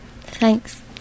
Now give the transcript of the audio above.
Thanks